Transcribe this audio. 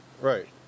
Right